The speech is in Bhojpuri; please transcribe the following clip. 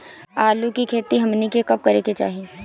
आलू की खेती हमनी के कब करें के चाही?